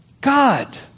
God